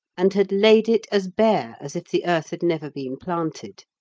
and had laid it as bare as if the earth had never been planted.